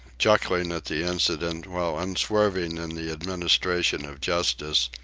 chuckling at the incident while unswerving in the administration of justice,